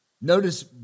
Notice